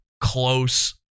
close